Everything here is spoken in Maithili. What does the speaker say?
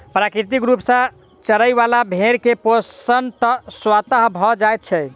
प्राकृतिक रूप सॅ चरय बला भेंड़ के पोषण स्वतः भ जाइत छै